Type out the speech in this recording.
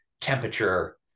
temperature